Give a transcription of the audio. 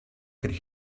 could